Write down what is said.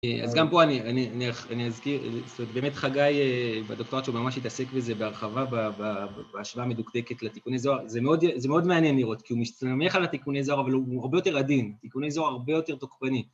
אז גם פה אני אזכיר, באמת חגי בדוקטורט שלו ממש התעסק בזה בהרחבה בהשוואה מדוקדקת לתיקוני זוהר זה מאוד מעניין לראות כי הוא מסתמך על התיקוני זוהר אבל הוא הרבה יותר עדין, תיקוני זוהר הרבה יותר תוקפני